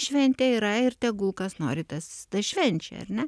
šventė yra ir tegul kas nori tas švenčia ar ne